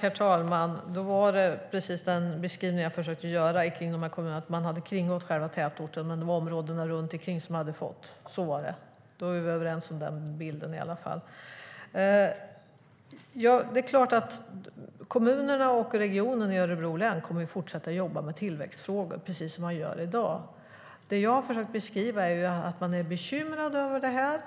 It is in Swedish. Herr talman! Då var det precis som i den beskrivning som jag försökte göra av kommunerna att man hade kringgått själva tätorterna men att områdena runt omkring hade fått stöd. Så var det. Då är vi i varje fall överens om den bilden. Det är klart att kommunerna och regionen i Örebro län kommer att fortsätta att jobba med tillväxtfrågor, precis som de gör i dag. Det jag har försökt beskriva är att man är bekymrad över detta.